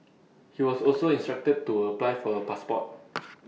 he was also instructed to A apply for A passport